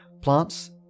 Plants